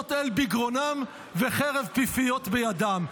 רוממות אל בגרונם וחרב פיפיות בידם.